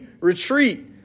retreat